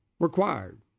Required